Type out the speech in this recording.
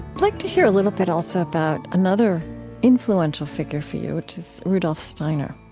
like to hear a little bit also about another influential figure for you, which is rudolf steiner.